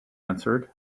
answered